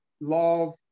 Love